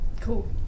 Cool